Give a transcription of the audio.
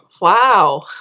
Wow